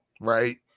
right